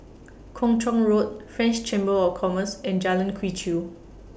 Kung Chong Road French Chamber of Commerce and Jalan Quee Chew